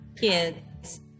kids